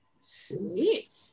Sweet